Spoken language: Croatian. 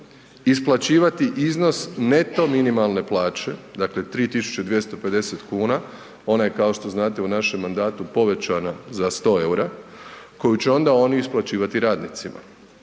isplaćivati iznos neto minimalne plaće dakle 3.250 kuna, ona je kao što znate u našem mandatu povećana za 100 eura koju će onda oni isplaćivati radnicima.